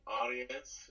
audience